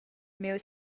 miu